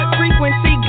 frequency